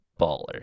baller